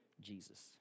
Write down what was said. Jesus